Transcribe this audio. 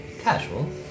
casual